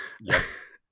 Yes